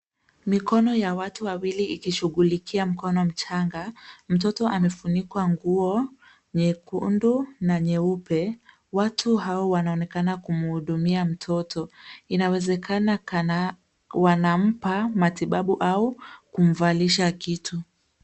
Mikono ya watu wawili ikishughulikia mkono mchanga. Mtoto amefunikwa nguo nyekundu na nyeupe, watu hao wanaonekana kumhudumia mtoto. Inawezekana kana wanampa matibabu au kumvalisha kitu.